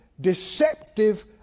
deceptive